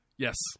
Yes